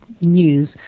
news